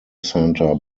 centre